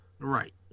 Right